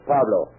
Pablo